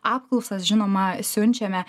apklausas žinoma siunčiame